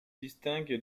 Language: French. distingue